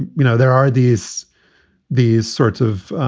you know, there are these these sorts of